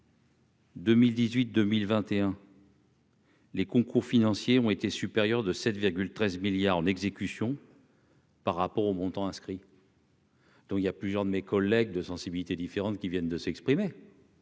2018, 2021. Les concours financiers ont été supérieurs de 7 13 milliards en exécution. Par rapport au montant inscrit. Donc il y a plusieurs de mes collègues de sensibilités différentes qui viennent de s'exprimer.